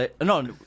No